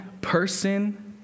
person